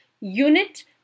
unit